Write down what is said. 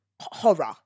horror